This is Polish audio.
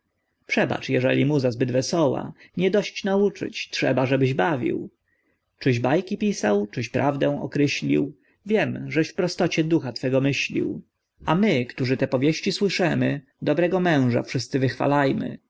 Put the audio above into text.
przebacz jeżeli muza zbyt wesoła nie dość nauczyć trzeba żebyś bawił czyś bajki pisał czyś prawdę okryślił wiem żeś w prostocie ducha twego myślił a my którzy te powieści słyszemy dobrego męża wszyscy wychwalajmy